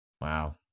Wow